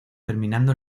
terminando